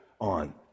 on